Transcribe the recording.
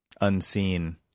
unseen